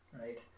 right